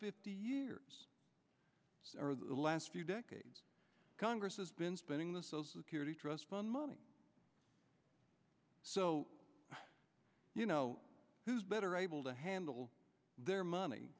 fifty years or the last few decades congress has been spending the so security trust fund money so you know who's better able to handle their money